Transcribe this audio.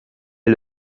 est